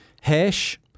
hash